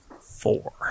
Four